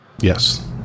yes